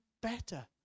better